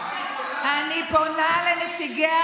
צריכה עכשיו לעבור בדיקת חפצים ייחודית לעניין